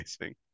amazing